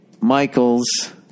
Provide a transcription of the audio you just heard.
Michaels